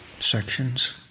sections